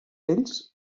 ells